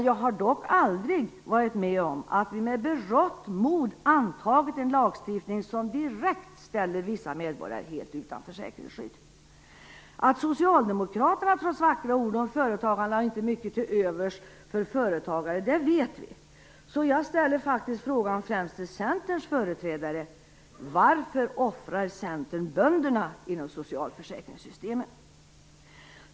Jag har dock aldrig varit med om att vi med berått mod antagit en lagstiftning, som direkt ställer vissa medborgare helt utan försäkringsskydd! Att Socialdemokraterna - trots vackra ord om företagande - inte har mycket till övers för företagare, det vet vi. Så jag ställer frågan främst till Centerns företrädare: Varför offrar Centern bönderna inom socialförsäkringssystemen?